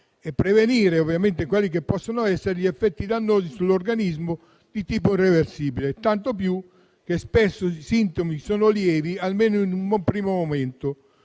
intervenire in anticipo e prevenire gli effetti dannosi sull'organismo di tipo irreversibile, tanto più che spesso i sintomi sono lievi, almeno in un primo momento.